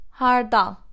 hardal